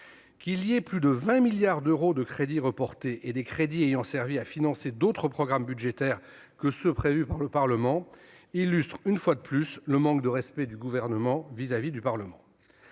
Qu'il y ait plus de 20 milliards d'euros de crédits reportés et des crédits ayant servi à financer d'autres programmes budgétaires que ceux prévus par la représentation nationale illustre, une fois de plus, le manque de respect du Gouvernement pour le Parlement.